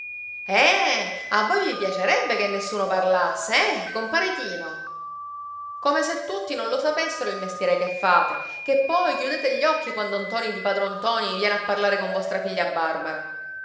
eh a voi vi piacerebbe che nessuno parlasse eh compare tino come se tutti non lo sapessero il mestiere che fate che poi chiudete gli occhi quando ntoni di padron ntoni viene a parlare con vostra figlia barbara